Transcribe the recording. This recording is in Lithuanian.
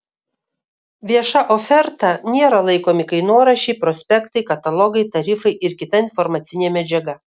vieša oferta nėra laikomi kainoraščiai prospektai katalogai tarifai ir kita informacinė medžiaga